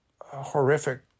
horrific